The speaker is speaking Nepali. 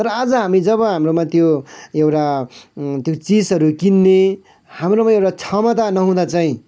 तर आज हामी जब हाम्रोमा त्यो एउटा त्यो चिजहरू किन्ने हाम्रोमा एउटा क्षमता नहुँदा चाहिँ